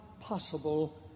possible